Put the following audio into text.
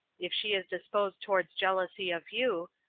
if she is disposed towards jealousy of you,